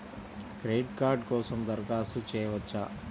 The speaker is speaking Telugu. క్రెడిట్ కార్డ్ కోసం దరఖాస్తు చేయవచ్చా?